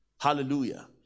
Hallelujah